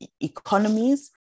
economies